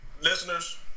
Listeners